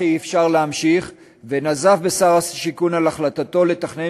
אי-אפשר להמשיך ונזף בשר השיכון על החלטתו לתכנן